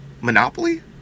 Monopoly